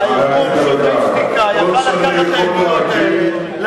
"שוברים שתיקה" יכול היה לתת לכם את העדויות האלה,